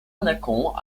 nakhon